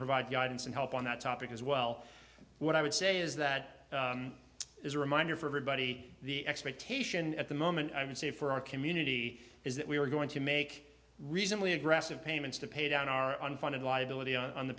provide guidance and help on that topic as well what i would say is that is a reminder for everybody the expectation at the moment i would say for our community is that we are going to make recently aggressive payments to pay down our unfunded liability on the